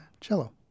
Cello